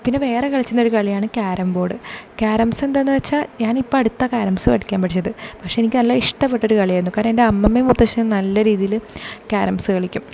പിന്നെ വേറെ കളിച്ചിരുന്നൊരു കളിയാണ് കാരം ബോർഡ് കാരംസ് എന്താന്നു വെച്ചാൽ ഞാനിപ്പം അടുത്ത കാരംസ് കളിയ്ക്കാൻ പഠിച്ചത് പക്ഷെ എനിക്ക് നല്ല ഇഷ്ടപ്പെട്ടൊരു കളി ആയിരുന്നു കാരണം എൻറെ അമ്മമ്മേം മുത്തശ്ശനൊക്കെ നല്ല രീതിയിൽ കാരംസ് കളിക്കും